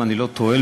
אם אני לא טועה,